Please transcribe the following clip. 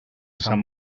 sant